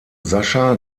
sascha